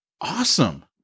awesome